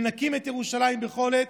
מנקים את ירושלים בכל עת.